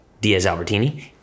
Diaz-Albertini